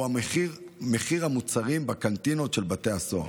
מחיר המוצרים בקנטינות של בתי הסוהר.